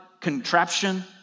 contraption